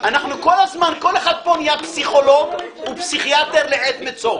פה נהיה פסיכולוג ופסיכיאטר לעת מצוא.